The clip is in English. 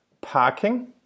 parking